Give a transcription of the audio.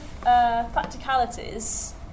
practicalities